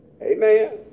Amen